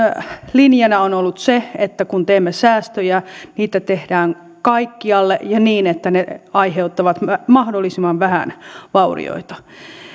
linjana on on ollut se että kun teemme säästöjä niitä tehdään kaikkialle ja niin että ne aiheuttavat mahdollisimman vähän vaurioita